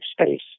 space